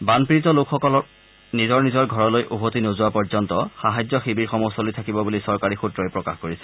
বানপীড়িত লোকসকল নিজৰ নিজৰ ঘৰলৈ উভতি নোযোৱা পৰ্যন্ত সাহায্য শিবিৰসমূহ চলি থাকিব বুলি চৰকাৰী সূত্ৰই প্ৰকাশ কৰিছে